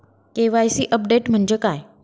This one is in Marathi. के.वाय.सी अपडेट म्हणजे काय?